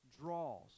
draws